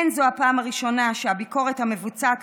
אין זו הפעם הראשונה שהביקורת המבוצעת